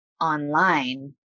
online